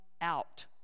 out